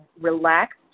relaxed